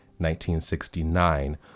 1969